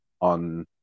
on